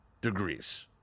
degrees